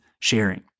sharing